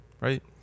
right